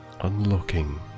unlocking